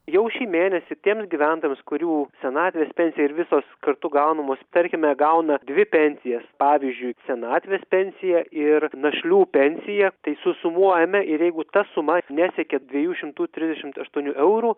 jau šį mėnesį tiems gyventojams kurių senatvės pensija ir visos kartu gaunamos tarkime gauna dvi pensijas pavyzdžiui senatvės pensiją ir našlių pensiją tai susumuojame ir jeigu ta suma nesiekia dviejų šimtų trisdešimt aštuonių eurų